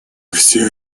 все